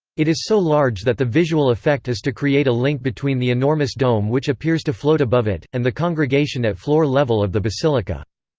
it is so large that the visual effect is to create a link between the enormous dome which appears to float above it, and the congregation at floor level of the basilica.